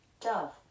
dove